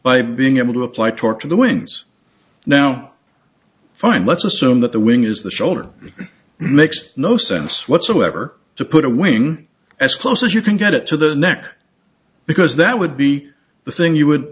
by being able to apply torque to the wings now fine let's assume that the wing is the shoulder makes no sense whatsoever to put a wing as close as you can get it to the neck because that would be the thing you